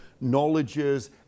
knowledges